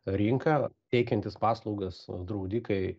rinka teikiantys paslaugas draudikai